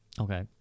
okay